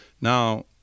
Now